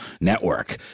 network